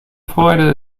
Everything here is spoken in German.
freude